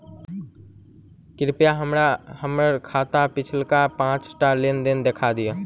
कृपया हमरा हम्मर खाताक पिछुलका पाँचटा लेन देन देखा दियऽ